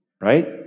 Right